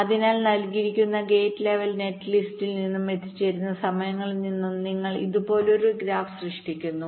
അതിനാൽ നൽകിയിരിക്കുന്ന gate level net ലിസ്റ്റിൽ നിന്നും എത്തിച്ചേരുന്ന സമയങ്ങളിൽ നിന്നും നിങ്ങൾ ഇതുപോലൊരു ഗ്രാഫ് സൃഷ്ടിക്കുന്നു